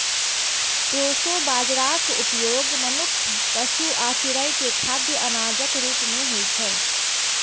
proso बाजाराक उपयोग मनुक्ख, पशु आ चिड़ै के खाद्य अनाजक रूप मे होइ छै